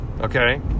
okay